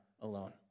alone